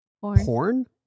porn